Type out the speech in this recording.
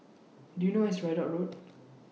Do YOU know Where IS Ridout Road